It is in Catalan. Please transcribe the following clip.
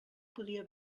podia